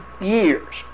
years